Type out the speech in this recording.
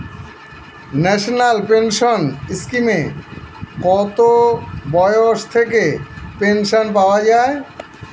National pension স্কিমে কত বয়স থেকে পেনশন পাওয়া যায়?